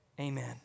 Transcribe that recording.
amen